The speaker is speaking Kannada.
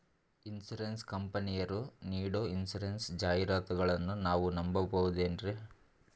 ಇನ್ಸೂರೆನ್ಸ್ ಕಂಪನಿಯರು ನೀಡೋ ಇನ್ಸೂರೆನ್ಸ್ ಜಾಹಿರಾತುಗಳನ್ನು ನಾವು ನಂಬಹುದೇನ್ರಿ?